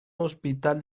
hospital